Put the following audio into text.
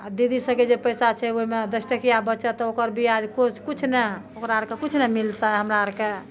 आ दीदी सबके जे पैसा छै ओहिमे दस टकिया बचत तऽ ओकर बियाज कुछ नहि ओकरा आरके कुछ नहि मिलतै हमरा आरके